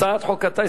הצעת חוק הטיס,